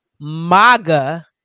maga